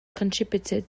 contributed